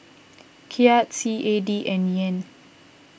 Kyat C A D and Yen